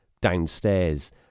downstairs